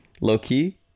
Low-key